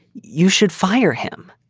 you should fire him.